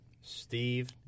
Steve